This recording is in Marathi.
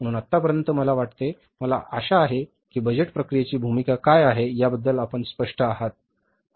म्हणून आतापर्यंत मला वाटते मला आशा आहे की बजेट प्रक्रियेची भूमिका काय आहे याबद्दल आपण स्पष्ट आहात